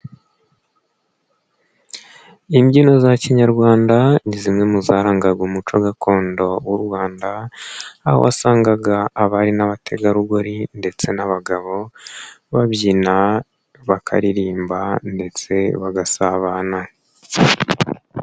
Imbyino za kinyarwanda, ni zimwe mu zarangaga umuco gakondo w'u Rwanda, aho wasangaga abari n'abategarugori ndetse n'abagabo, babyina, bakaririmba ndetse bagasabana.